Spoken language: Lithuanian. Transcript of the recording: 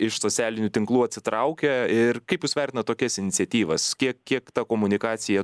iš socialinių tinklų atsitraukę ir kaip jūs vertinat tokias iniciatyvas kiek kiek ta komunikacija